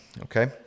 okay